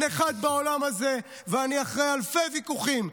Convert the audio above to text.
אין אחד בעולם הזה, ואני אחרי אלפי ויכוחים.